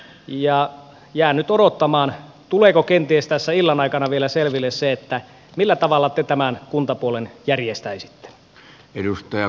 jään nyt odottamaan tuleeko kenties tässä illan aikana vielä selville se millä tavalla te tämän kuntapuolen järjestäisitte